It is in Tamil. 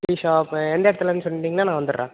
த்ரிஷா எந்த இடத்துலன்னு சொன்னீங்கனா நான் வந்துடுறேன்